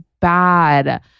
bad